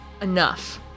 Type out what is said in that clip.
Enough